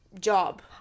job